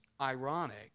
ironic